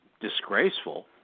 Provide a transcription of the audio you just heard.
disgraceful